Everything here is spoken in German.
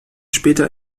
später